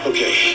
Okay